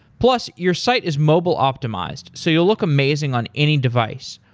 plus, your site is mobile optimized, so you'll look amazing on any device.